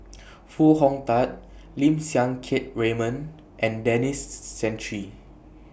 Foo Hong Tatt Lim Siang Keat Raymond and Denis Santry